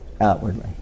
outwardly